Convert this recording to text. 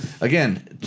Again